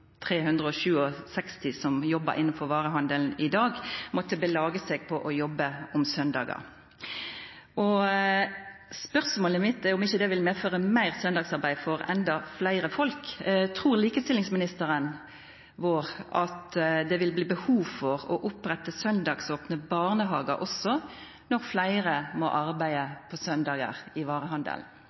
som jobbar innanfor varehandelen i dag, måtta belaga seg på å jobba om søndagar. Spørsmålet mitt er om ikkje det vil medføra meir søndagsarbeid for endå fleire folk. Trur likestillingsministeren vår at det vil bli behov for å oppretta søndagsopne barnehagar også når fleire i varehandelen må arbeida på søndagar? Jeg tror ikke jeg skal gå inn i